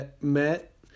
met